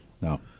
No